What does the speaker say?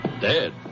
Dead